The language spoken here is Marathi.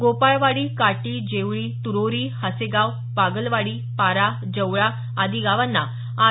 गोपाळवाडी काटी जेवळी तुरोरी हसेगाव बागलवाडी पारा जवळा आदी गावांना आर